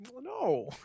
No